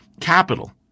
capital